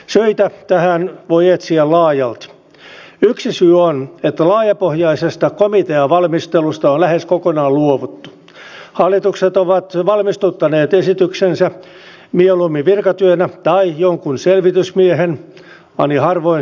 kun sisäisen turvallisuuden selontekoa lähiaikoina tullaan tässä talossa tekemään niin näihin asioihin pitää kiinnittää erityistä huomiota että pystymme turvallisuuden takaamaan kaikkialla tässä maassa hyvällä tasolla